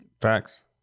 Facts